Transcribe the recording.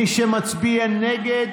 מי שמצביע נגד,